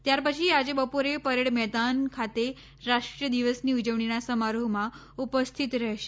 ત્યાર પછી આજે બપોરે પરેડ મેદાન ખાતે રાષ્ટ્રીય દિવસની ઉજવણીનાં સમારોહમાં ઉપસ્થિત રહેશે